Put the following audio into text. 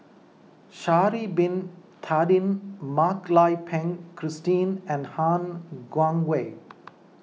Sha'ari Bin Tadin Mak Lai Peng Christine and Han Guangwei